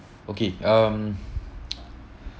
okay um